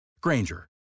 Granger